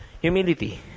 humility